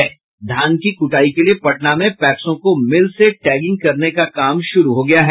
धान की कूटाई के लिए पटना में पैक्सों को मिल से टैगिंग करने का काम शुरू हो गया है